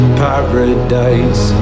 paradise